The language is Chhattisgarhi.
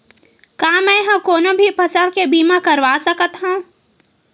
का मै ह कोनो भी फसल के बीमा करवा सकत हव?